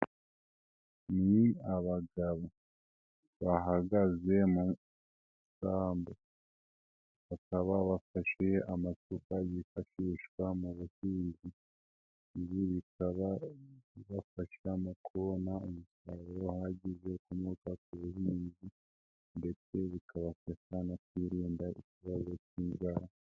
Ni abagabo bahagaze mu isambu, bakaba bafashe amasuka yifashishwa mu buhinzi, ibi bikababafasha mu kubona umusaruro uhagije ukomoka ku buhinzi ndetse bikabafasha no kwirinda ikibazo k'inzara.